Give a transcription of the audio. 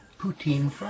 poutine